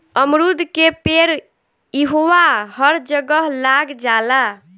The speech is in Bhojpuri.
अमरूद के पेड़ इहवां हर जगह लाग जाला